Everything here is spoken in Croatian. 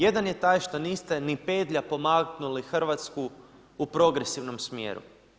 Jedan je taj što niste ni pedlja pomaknuli Hrvatsku u progresivnom smjeru.